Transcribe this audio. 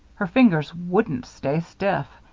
her fingers wouldn't stay stiff.